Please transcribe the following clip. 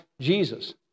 Jesus